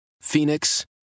Phoenix